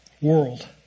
world